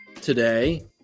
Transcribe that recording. today